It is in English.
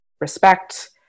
respect